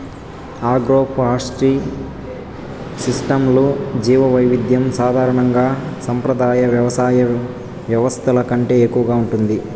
agroforestry సిస్టమ్స్లో జీవవైవిధ్యం సాధారణంగా సంప్రదాయ వ్యవసాయ వ్యవస్థల కంటే ఎక్కువగా ఉంటుంది